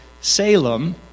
Salem